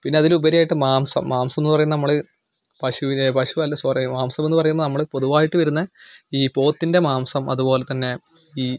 പിന്നെ അതിലുപരിയായിട്ട് മാംസം മാംസം എന്ന് പറയുന്നത് നമ്മൾ പശുവിനെ പശുവല്ല സോറി മാംസം എന്ന് പറയുന്ന നമ്മൾ ഈ പൊതുവായിട്ട് വരുന്ന ഈ പോത്തിൻ്റെ മാംസം അതുപോലെ തന്നെ ഈ